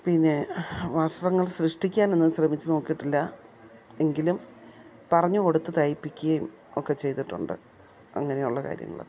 പിന്നെ വസ്ത്രങ്ങൾ സൃഷ്ടിക്കാനൊന്നും ശ്രമിച്ചു നോക്കിയിട്ടില്ല എങ്കിലും പറഞ്ഞു കൊടുത്ത് തയ്പ്പിക്കുകയും ഒക്കെ ചെയ്തിട്ടുണ്ട് അങ്ങനെയുള്ള കാര്യങ്ങളൊക്കെ